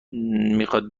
میخواد